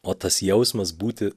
o tas jausmas būti